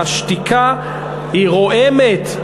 השתיקה היא רועמת.